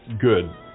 good